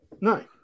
No